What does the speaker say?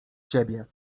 ciebie